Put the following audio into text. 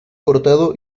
cortado